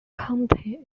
county